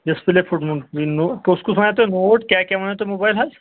display پھُٹمُت نوٚو کُس کُس وَنو تۄہہِ کیٛاہ کیٛاہ وَنو تۄہہِ موبایِل حظ